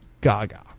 Gaga